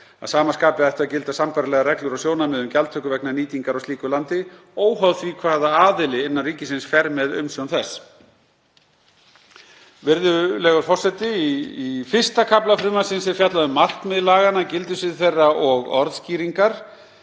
Að sama skapi ættu að gilda sambærilegar reglur og sjónarmið um gjaldtöku vegna nýtingar á slíku landi óháð því hvaða aðili innan ríkisins fer með umsjón þess. Virðulegur forseti. Í I. kafla frumvarpsins er fjallað um markmið laganna, gildissvið þeirra og orðskýringar.